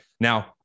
Now